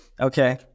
Okay